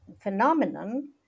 phenomenon